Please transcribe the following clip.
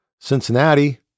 Cincinnati